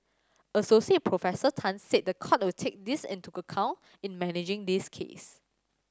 Associate Professor Tan said the court will take this into account in managing this case